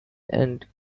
and